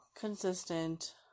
consistent